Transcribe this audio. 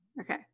okay